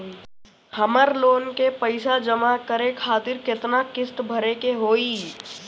हमर लोन के पइसा जमा करे खातिर केतना किस्त भरे के होई?